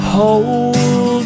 Hold